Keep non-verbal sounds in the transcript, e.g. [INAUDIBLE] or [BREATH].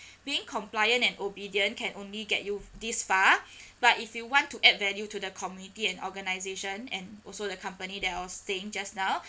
[BREATH] being compliant and obedient can only get you this far [BREATH] but if you want to add value to the community and organisation and also the company that I was saying just now